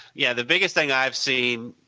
yeah, the biggest thing i have seen,